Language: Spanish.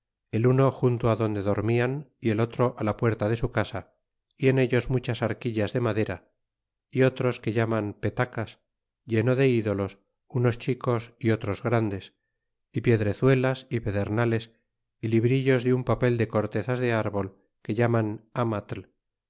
el uno junto donde dormian y el otro la puerta de su casa y en ellos muchas arquillas de madera y otros que llaman petacas lleno de ídolos unos chicos y otros grandes y piedrezuelas y pedernales y librillos de un papel de cortezas de árbol que llaman amatl